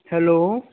hello